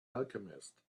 alchemist